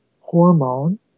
hormone